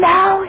Now